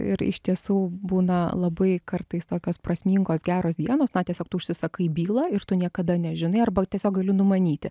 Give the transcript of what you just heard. ir iš tiesų būna labai kartais tokios prasmingos geros dienos na tiesiog tu užsisakai bylą ir tu niekada nežinai arba tiesiog gali numanyti